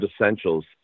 essentials